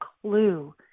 clue